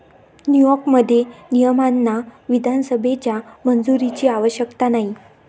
न्यूयॉर्कमध्ये, नियमांना विधानसभेच्या मंजुरीची आवश्यकता नाही